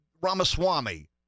Ramaswamy